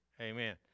amen